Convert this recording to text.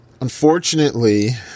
unfortunately